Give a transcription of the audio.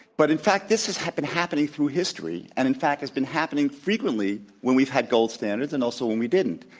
but in fact this has been happening through history and in fact has been happening frequently when we've had gold standards and also when we didn't.